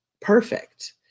perfect